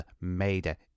made